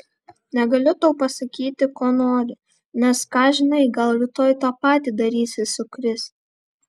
negaliu tau pasakyti ko nori nes ką žinai gal rytoj tą patį darysi su kris